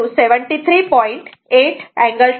8 angle 24